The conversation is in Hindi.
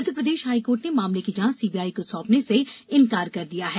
मध्यप्रदेश हाईकोर्ट ने मामले की जांच सीबीआई को सौंपने से इनकार कर दिया है